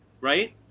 right